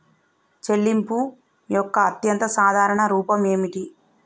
చెల్లింపు యొక్క అత్యంత సాధారణ రూపం ఏమిటి?